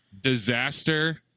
disaster